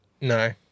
No